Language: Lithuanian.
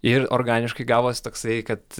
ir organiškai gavos toksai kad